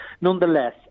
nonetheless